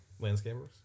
Landscapers